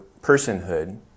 personhood